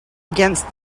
against